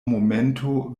momento